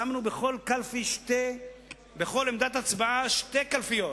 שמנו בכל עמדת הצבעה שתי קלפיות.